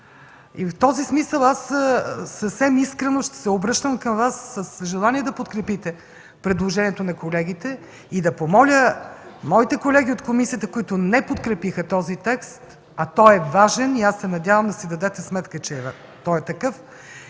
В този смисъл съвсем искрено се обръщам към Вас с желание да подкрепите предложението на колегите и да помоля моите колеги от комисията, които не подкрепиха този текст, а той е важен и аз се надявам да си дадете сметка, че е такъв,